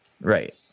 Right